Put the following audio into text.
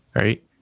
right